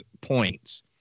Points